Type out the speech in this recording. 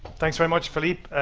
thanks very much felipe,